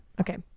Okay